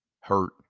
hurt